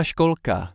Školka